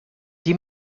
die